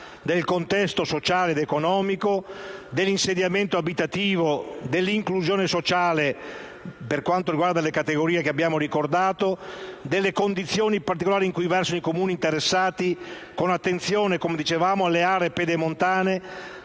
del contesto sociale ed economico, dell'insediamento abitativo, dell'inclusione sociale per le categorie che abbiamo ricordato, delle condizioni particolari in cui versano i Comuni interessati, con attenzione alle aree pedemontane,